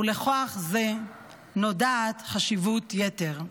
ולכוח זה נודעת חשיבות יתר.